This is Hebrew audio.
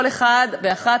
כל אחד ואחת,